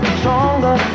stronger